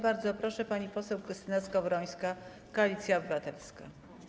Bardzo proszę, pani poseł Krystyna Skowrońska, Koalicja Obywatelska.